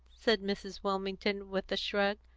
said mrs. wilmington, with a shrug.